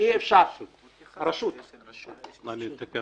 אני מודיע שבשעה 12:00 מסתיים הדיון כי עומד להתקיים